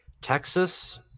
Texas